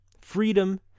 Freedom